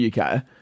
UK